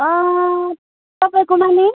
तपाईँकोमा नि